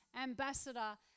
ambassador